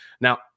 Now